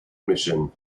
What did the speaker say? mission